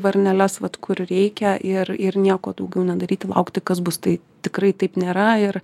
varneles vat kur reikia ir ir nieko daugiau nedaryti laukti kas bus tai tikrai taip nėra ir